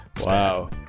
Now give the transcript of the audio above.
Wow